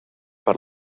per